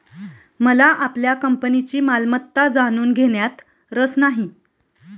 मला आपल्या कंपनीची मालमत्ता जाणून घेण्यात रस नाही